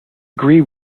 agree